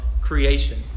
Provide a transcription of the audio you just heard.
creation